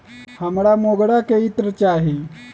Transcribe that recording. हमरा मोगरा के इत्र चाही